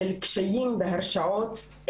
של קשיים בהרשעות,